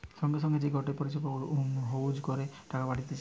সঙ্গে সঙ্গে যে গটে পরিষেবা ইউজ করে টাকা পাঠতিছে